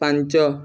ପାଞ୍ଚ